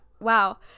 wow